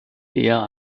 eher